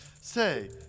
Say